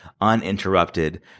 uninterrupted